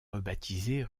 rebaptisée